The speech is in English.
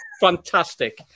fantastic